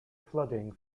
flooding